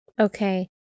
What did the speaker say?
Okay